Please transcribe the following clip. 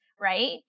right